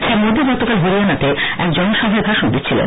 শ্রী মোদী গতকাল হরিয়ানাতে এক জনসভায় ভাষণ দিচ্ছিলেন